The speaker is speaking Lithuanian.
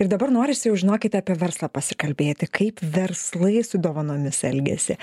ir dabar norisi jau žinokite apie verslą pasikalbėti kaip verslai su dovanomis elgiasi